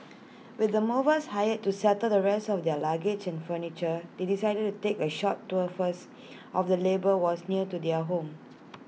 with the movers hired to settle the rest of their luggage and furniture they decided to take A short tour first of the labour was near to their new home